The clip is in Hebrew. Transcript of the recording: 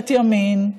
ממשלת ימין.